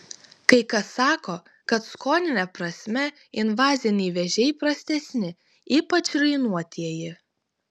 kai kas sako kad skonine prasme invaziniai vėžiai prastesni ypač rainuotieji